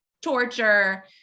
torture